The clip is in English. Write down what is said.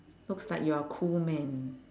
looks like you're a cool man